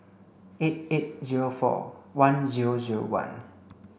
eight eight zero four one zero zero one